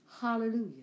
Hallelujah